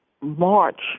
march